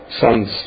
sons